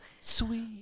sweet